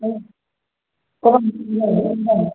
ओ